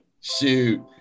shoot